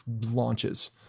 launches